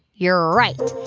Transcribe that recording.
you're right.